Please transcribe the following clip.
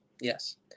yes